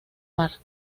mar